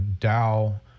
DAO